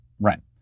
rent